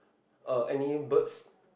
uh any birds